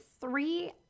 three